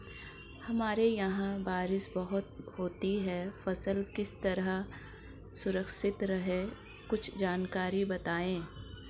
हमारे यहाँ बारिश बहुत होती है फसल किस तरह सुरक्षित रहे कुछ जानकारी बताएं?